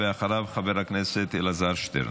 אחריו, חבר הכנסת אלעזר שטרן.